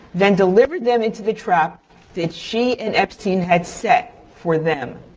then delivered them into the trap that she and epstein had set for them.